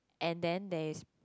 and then they